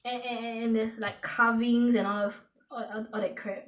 and and and there's like carvings and all those al~ all that crap